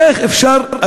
איך אפשר,